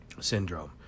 syndrome